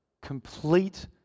complete